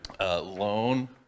loan